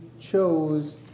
chose